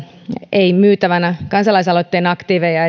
ei myytävänä kansalaisaloitteen aktiiveja